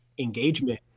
engagement